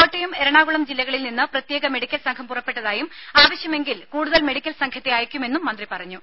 കോട്ടയം എറണാകുളം ജില്ലകളിൽ നിന്ന് പ്രത്യേക മെഡിക്കൽ സംഘം പുറപ്പെട്ടതായും ആവശ്യമെങ്കിൽ കൂടുതൽ മെഡിക്കൽ സംഘത്തെ അയക്കുമെന്നും മന്ത്രി പറഞ്ഞു